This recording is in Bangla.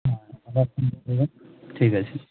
ঠিক আছে